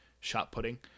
shot-putting